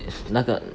if /那个\